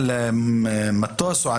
אז על מטוס לא